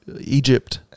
Egypt